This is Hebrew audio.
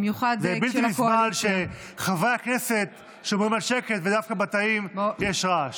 זה בלתי נסבל שחברי הכנסת שומרים על שקט ודווקא בתאים יש רעש.